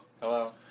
Hello